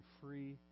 free